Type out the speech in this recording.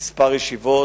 כמה ישיבות.